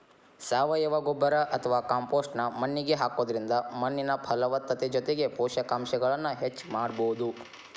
ಸಾವಯವ ಗೊಬ್ಬರ ಅತ್ವಾ ಕಾಂಪೋಸ್ಟ್ ನ್ನ ಮಣ್ಣಿಗೆ ಹಾಕೋದ್ರಿಂದ ಮಣ್ಣಿನ ಫಲವತ್ತತೆ ಜೊತೆಗೆ ಪೋಷಕಾಂಶಗಳನ್ನ ಹೆಚ್ಚ ಮಾಡಬೋದು